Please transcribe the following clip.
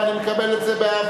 ואני מקבל את זה באהבה,